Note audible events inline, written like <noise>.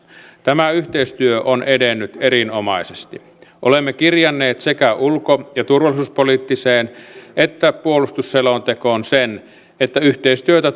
tämä yhteistyö on edennyt erinomaisesti olemme kirjanneet sekä ulko ja turvallisuuspoliittiseen että puolustusselontekoon sen että yhteistyötä <unintelligible>